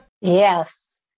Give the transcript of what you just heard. Yes